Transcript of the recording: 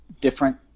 different